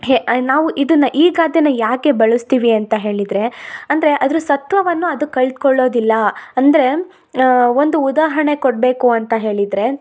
ಹೆ ನಾವು ಇದನ್ನ ಈ ಗಾದೆನ ಯಾಕೆ ಬಳ್ಸ್ತೀವಿ ಅಂತ ಹೇಳಿದರೆ ಅಂದರೆ ಅದ್ರ ಸತ್ವವನ್ನು ಅದು ಕಳ್ಕೊಳ್ಳೋದಿಲ್ಲ ಅಂದರೆ ಒಂದು ಉದಾಹರಣೆ ಕೊಡಬೇಕು ಅಂತ ಹೇಳಿದರೆ